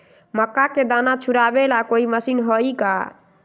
मक्का के दाना छुराबे ला कोई मशीन हई का?